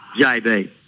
JB